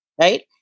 right